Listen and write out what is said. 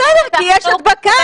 בסדר, כי יש הדבקה.